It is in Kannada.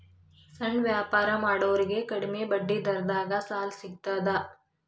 ಸಣ್ಣ ವ್ಯಾಪಾರ ಮಾಡೋರಿಗೆ ಕಡಿಮಿ ಬಡ್ಡಿ ದರದಾಗ್ ಸಾಲಾ ಸಿಗ್ತದಾ?